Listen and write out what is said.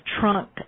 trunk